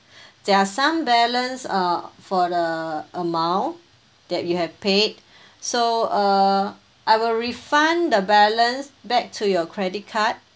there are some balance uh for the amount that you have paid so uh I will refund the balance back to your credit card